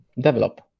develop